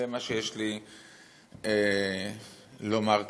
זה מה שיש לי לומר כאן.